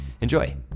enjoy